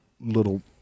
little